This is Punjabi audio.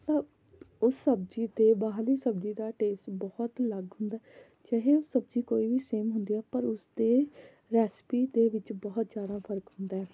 ਤਾਂ ਉਹ ਸਬਜ਼ੀ ਅਤੇ ਬਾਹਰਲੀ ਸਬਜ਼ੀ ਦਾ ਟੇਸਟ ਬਹੁਤ ਅਲੱਗ ਹੁੰਦਾ ਚਾਹੇ ਉਹ ਸਬਜ਼ੀ ਕੋਈ ਵੀ ਸੇਮ ਹੁੰਦੀ ਆ ਪਰ ਉਸਦੇ ਰੈਸਪੀ ਦੇ ਵਿੱਚ ਬਹੁਤ ਜ਼ਿਆਦਾ ਫਰਕ ਹੁੰਦਾ ਆ